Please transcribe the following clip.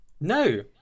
No